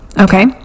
Okay